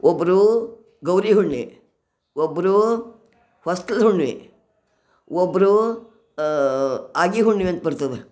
ಒಬ್ಬರು ಗೌರಿ ಹುಣ್ಣಿ ಒಬ್ಬರು ಪಸ್ಲದ ಹುಣ್ಮಿ ಒಬ್ಬರು ಆಗಿ ಹುಣ್ಣಿಮಂತ ಬರ್ತದೆ